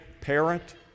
parent